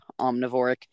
omnivoric